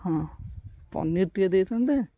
ହଁ ପନିର ଟିକେ ଦେଇଥାନ୍ତେ